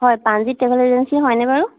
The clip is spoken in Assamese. হয় প্ৰানজিৎ ট্ৰেভেল এজেঞ্চি হয়নে বাৰু